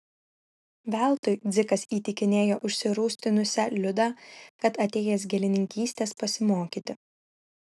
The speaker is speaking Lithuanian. veltui dzikas įtikinėjo užsirūstinusią liudą kad atėjęs gėlininkystės pasimokyti